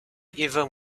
even